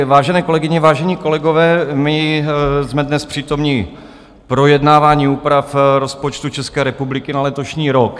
Vážené kolegyně, vážení kolegové, my jsme dnes přítomni projednávání úprav rozpočtu České republiky na letošní rok.